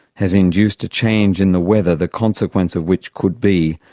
has induced a change in the weather the consequence of which could be,